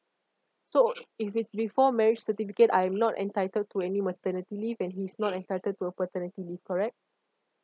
so if it's before marriage certificate I'm not entitled to any maternity leave and he's not entitled to a paternity leave correct